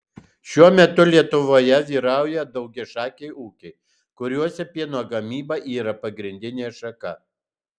šiuo metu lietuvoje vyrauja daugiašakiai ūkiai kuriuose pieno gamyba yra pagrindinė šaka